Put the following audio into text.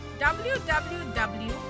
www